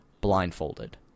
blindfolded